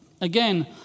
Again